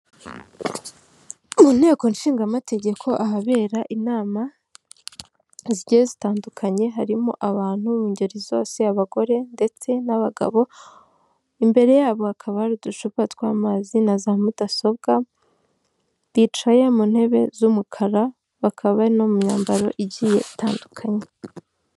Mu nteko nshingamategeko ahabera inama zigiye zitandukanye, harimo abantu mu ngeri zose, abagore ndetse n'abagabo. Imbere yabo hakaba hari uducupa tw'amazi na za mudasobwa, bicaye mu ntebe z'umukara, bakaba no mu myambaro igiye itandukanye.